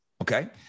Okay